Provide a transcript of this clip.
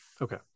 okay